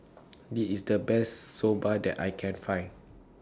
This IS The Best Soba that I Can Find